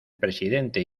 presidente